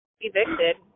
Evicted